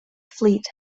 fleet